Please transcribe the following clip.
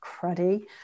cruddy